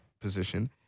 position